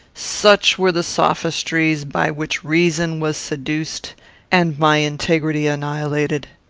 such were the sophistries by which reason was seduced and my integrity annihilated.